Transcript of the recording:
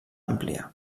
àmplia